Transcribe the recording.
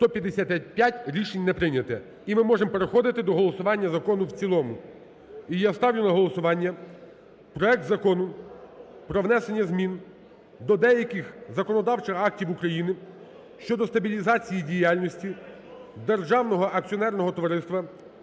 За-155 Рішення не прийнято. І ми можемо переходити до голосування закону в цілому. І я ставлю на голосування проект Закону про внесення змін до деяких законодавчих актів України щодо стабілізації діяльності Державного акціонерного товариства